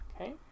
Okay